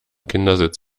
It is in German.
kindersitz